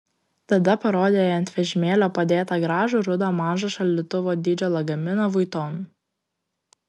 tada parodė jai ant vežimėlio padėtą gražų rudą mažo šaldytuvo dydžio lagaminą vuitton